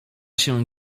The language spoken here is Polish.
się